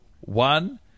One